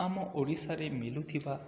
ଆମ ଓଡ଼ିଶାରେ ମିଳୁଥିବା